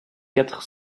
quatre